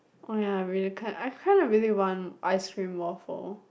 oh ya I really can't I kind of really want ice cream waffle